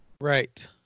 Right